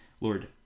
Lord